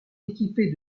équipée